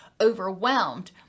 overwhelmed